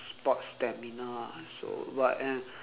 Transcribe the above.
sports stamina ah so but and